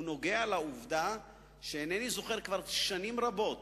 הוא קשור לעובדה שאינני זוכר כבר שנים רבות